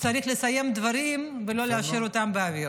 צריך לסיים דברים ולא להשאיר אותם באוויר,